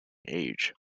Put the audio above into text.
age